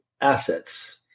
assets